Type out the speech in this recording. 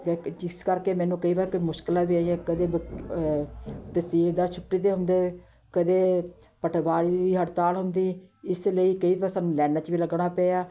ਜਦੋਂ ਕਿ ਜਿਸ ਕਰਕੇ ਮੈਨੂੰ ਕਈ ਵਾਰ ਕਈ ਮੁਸ਼ਕਿਲਾਂ ਵੀ ਆਈਆਂ ਕਦੇ ਬੁਕ ਤਹਿਸੀਲਦਾਰ ਛੁੱਟੀ 'ਤੇ ਹੁੰਦੇ ਕਦੇ ਪਟਵਾਰੀ ਦੀ ਹੜਤਾਲ ਹੁੰਦੀ ਇਸ ਲਈ ਕਈ ਵਾਰ ਸਾਨੂੰ ਲਾਇਨਾਂ 'ਚ ਵੀ ਲੱਗਣਾ ਪਿਆ